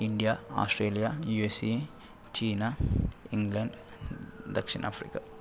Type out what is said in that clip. India Australia U S A China England ದಕ್ಷಿಣ Africa